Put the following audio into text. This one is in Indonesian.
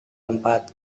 empat